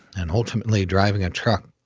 and ultimately driv ing a truck.